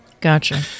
Gotcha